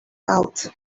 bought